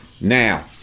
Now